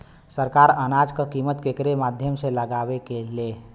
सरकार अनाज क कीमत केकरे माध्यम से लगावे ले?